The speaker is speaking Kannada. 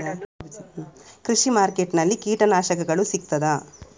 ಕೃಷಿಮಾರ್ಕೆಟ್ ನಲ್ಲಿ ಕೀಟನಾಶಕಗಳು ಸಿಗ್ತದಾ?